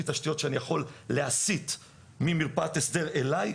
תשתיות שאני יכול להסית ממרפאת הסדר אליי,